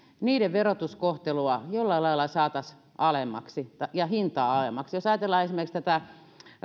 verotuskohtelua jollain lailla saataisiin alemmaksi ja hintaa alemmaksi jos ajatellaan esimerkiksi